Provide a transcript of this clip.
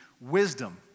wisdom